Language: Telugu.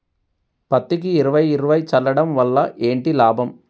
పత్తికి ఇరవై ఇరవై చల్లడం వల్ల ఏంటి లాభం?